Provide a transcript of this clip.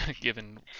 given